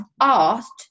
asked